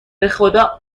بخدا